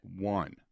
one